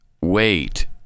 wait